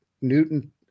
Newton